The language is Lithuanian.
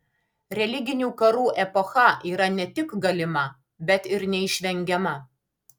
religinių karų epocha yra ne tik galima bet ir neišvengiama